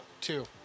Two